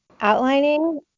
outlining